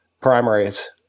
primaries